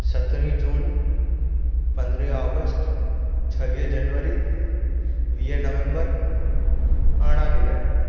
सत्रहं जून पंद्रहं ऑगस्ट छवीह जनवरी वीह नवम्बर अरिड़हं जुलाई